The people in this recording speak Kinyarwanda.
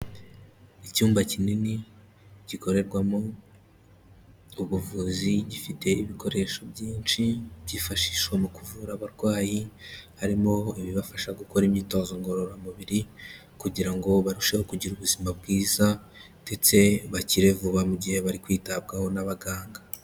Icyumba kinini gikorerwamo ubuvuzi, gifite ibikoresho byinshi byifashishwa mu kuvura abarwayi, harimo ibibafasha gukora imyitozo ngororamubiri, kugira ngo barusheho kugira ubuzima bwiza, ndetse bakire vuba mu gihe bari kwitabwaho n'abaganga.